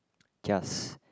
just